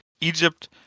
Egypt